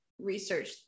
research